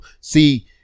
See